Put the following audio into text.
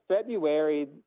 February